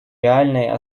реальной